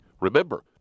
Remember